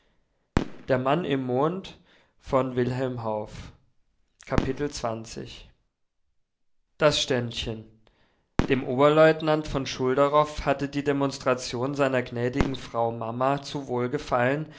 das ständchen dem oberleutnant von schulderoff hatte die demonstration seiner gnädigen frau mama zu wohl gefallen